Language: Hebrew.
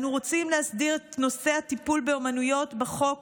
אנו רוצים להסדיר את נושא הטיפול באומנויות בחוק